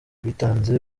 bitanze